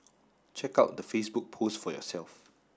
check out the Facebook post for yourself